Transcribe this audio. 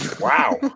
Wow